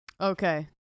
Okay